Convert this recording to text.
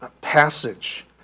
passage